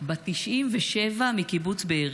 בת 97 מקיבוץ בארי,